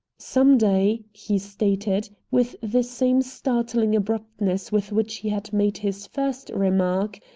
some day, he stated, with the same startling abruptness with which he had made his first remark,